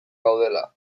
gaudela